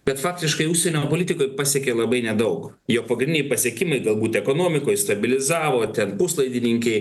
bet faktiškai užsienio politikoj pasiekė labai nedaug jo pagrindiniai pasiekimai galbūt ekonomikoj stabilizavo ten puslaidininkiai